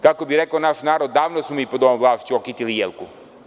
Kako bi rekao naš narod – davno smo mi pod ovom vlašću okitili jelku.